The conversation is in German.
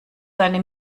seine